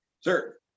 sir